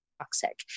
toxic